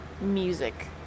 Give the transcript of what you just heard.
music